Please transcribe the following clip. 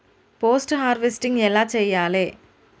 Post harvesting ఎలా చెయ్యాలే?